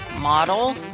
model